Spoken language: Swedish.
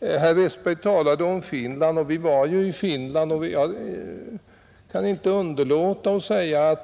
Herr Westberg talade om förhållandena i Finland som vi hade tillfälle att studera.